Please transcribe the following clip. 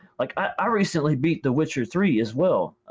like i recently beat the witcher three as well.